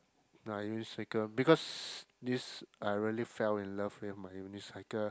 uh unicycle because this I really fell in love with my unicycle